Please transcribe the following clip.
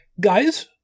guys